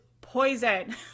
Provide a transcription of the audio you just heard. poison